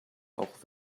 auch